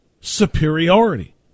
superiority